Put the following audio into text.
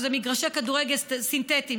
שזה מגרשי כדורגל סינתטיים,